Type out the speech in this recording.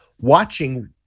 watching